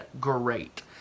great